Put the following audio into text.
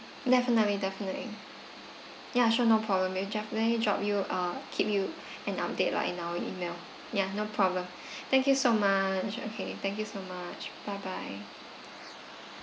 definitely definitely ya sure no problem we'll definitely drop you uh keep you and update lah in our email ya no problem thank you so much okay thank you so much bye bye